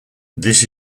this